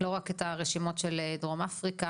לא רק את הרשימות של דרום אפריקה.